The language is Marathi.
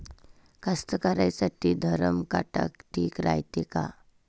कास्तकाराइसाठी धरम काटा ठीक रायते का?